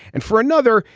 and for another,